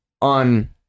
on